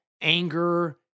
anger